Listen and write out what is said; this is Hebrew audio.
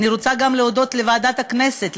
אני רוצה גם להודות לוועדת הכנסת,